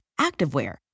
activewear